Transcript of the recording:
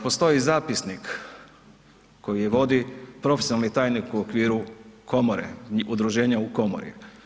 Postoji zapisnik koji vodi profesionalni tajnik u okviru komore, udruženja u komori.